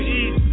eat